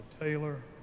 Taylor